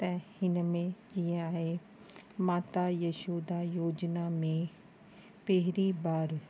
त हिन में जीअं आहे माता यशोदा योजना में पहिरीं बार